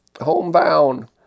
homebound